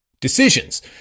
decisions